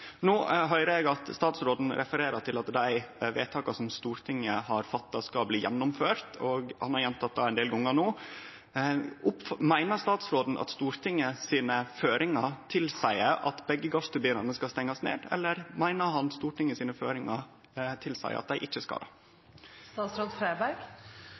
No høyrer eg at statsråden refererer til at dei vedtaka som Stortinget har gjort, skal gjennomførast. Han har gjenteke det ein del gonger no. Meiner statsråden at føringane frå Stortinget tilseier at begge gassturbinane skal stengjast ned, eller meiner han at føringane frå Stortinget tilseier at dei ikkje skal